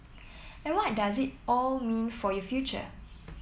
and what does it all mean for your future